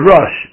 Rush